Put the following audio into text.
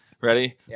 Ready